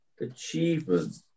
achievement